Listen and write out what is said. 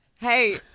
Hey